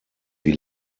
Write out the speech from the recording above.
wie